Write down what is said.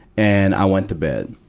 and i went to bed.